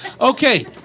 Okay